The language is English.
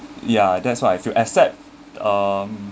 ya that's why I feel except um